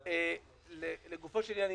להעביר קודם.